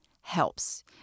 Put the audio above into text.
helps